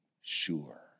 sure